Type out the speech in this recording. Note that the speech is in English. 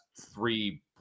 three